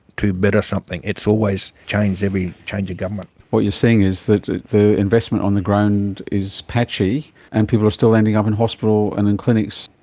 to better something, it has so always changed every change of government. what you're saying is that the investment on the ground is patchy and people are still ending up in hospital and in clinics,